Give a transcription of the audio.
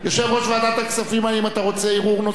יושב-ראש ועדת הכספים, האם אתה רוצה הרהור נוסף?